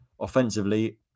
Offensively